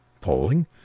Polling